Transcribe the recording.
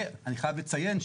ואני חייב לציין,